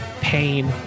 pain